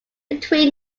between